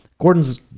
Gordon's